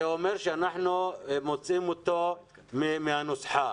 זה אומר שאנחנו מוציאים אותו מהנוסחה.